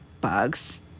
bugs